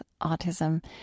autism